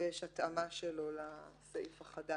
ויש לו התאמה של הסעיף החדש.